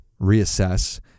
reassess